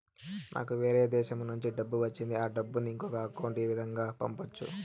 నాకు వేరే దేశము నుంచి డబ్బు వచ్చింది ఆ డబ్బును ఇంకొక అకౌంట్ ఏ విధంగా గ పంపొచ్చా?